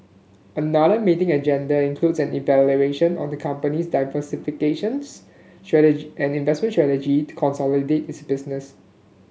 another meeting agenda includes an evaluation on the company's diversification and investment strategy to consolidate its business